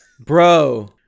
Bro